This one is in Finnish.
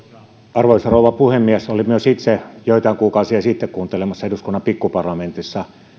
arvoisa rouva puhemies olin myös itse joitain kuukausia sitten kuuntelemassa eduskunnan pikkuparlamentissa